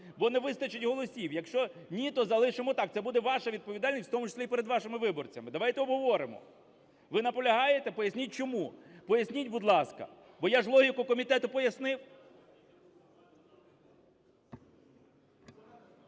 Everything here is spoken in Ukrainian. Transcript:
бо не вистачить голосів. Якщо ні, то залишимо так. Це буде ваша відповідальність, в тому числі і перед вашими виборцями. Давайте обговоримо. Ви наполягаєте? Поясніть чому. Поясніть, будь ласка, бо я логіку комітету пояснив.